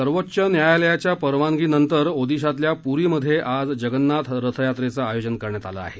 सर्वोच्च न्यायालयाच्या परवानगी नंतर ओडिशातल्या पुरीमध्ये आज जगन्नाथ रथ यात्रेचं आयोजन करण्यात आलं आहे